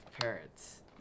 parrots